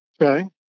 Okay